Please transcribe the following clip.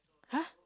!huh!